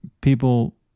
people